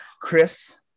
chris